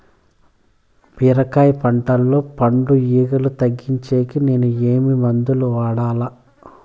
బీరకాయ పంటల్లో పండు ఈగలు తగ్గించేకి నేను ఏమి మందులు వాడాలా?